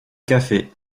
café